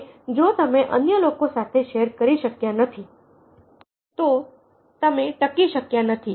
અને જો તમે અન્ય લોકો સાથે શેર કરી શક્યા નથી તો તમે ટકી શક્યા નથી